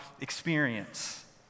experience